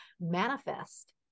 Manifest